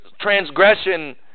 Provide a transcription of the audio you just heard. transgression